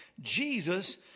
Jesus